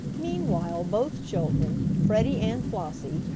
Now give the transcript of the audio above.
meanwhile both children, freddie and flossie,